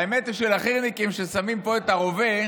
האמת היא שלחי"רניקים ששמים פה את הרובה,